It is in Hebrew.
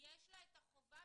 יש לה את החובה,